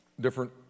different